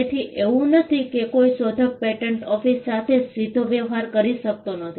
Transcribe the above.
તેથી એવું નથી કે કોઈ શોધક પેટન્ટ ઓફિસ સાથે સીધો વ્યવહાર કરી શકતો નથી